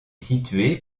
située